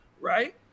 right